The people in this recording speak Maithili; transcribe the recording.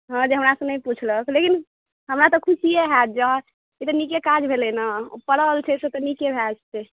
हँ जे हमरा सब के नहि पुछलक लेकिन हमरा तऽ खुशिये होयत जॅं ओ तऽ नीके काज भेलै ने परल छै से तऽ नीके भय जेतै